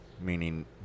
meaning